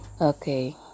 okay